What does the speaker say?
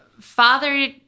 Father